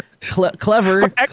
clever